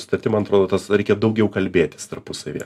sutartim man atrodo tas reikia daugiau kalbėtis tarpusavyje